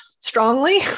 strongly